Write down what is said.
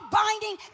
binding